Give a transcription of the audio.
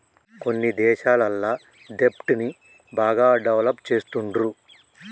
కొన్ని దేశాలల్ల దెబ్ట్ ని బాగా డెవలప్ చేస్తుండ్రు